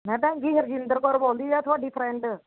ਮੈਂ ਭੈਣ ਜੀ ਹਰਜਿੰਦਰ ਕੌਰ ਬੋਲਦੀ ਹੈ ਤੁਹਾਡੀ ਫਰੈਂਡ